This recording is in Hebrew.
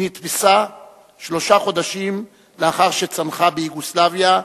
היא נתפסה שלושה חודשים לאחר שצנחה ביוגוסלביה,